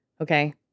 Okay